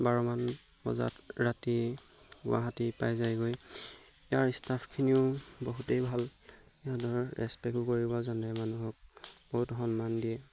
বাৰমান বজাত ৰাতি গুৱাহাটী পাই যায়গৈ ইয়াৰ ষ্টাফখিনিও বহুতেই ভাল সিহঁতৰ ৰেচপেক্টো কৰিব জানে মানুহক বহুত সন্মান দিয়ে